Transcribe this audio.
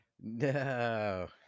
No